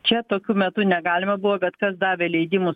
čia tokiu metu negalima buvo bet kas davė leidimus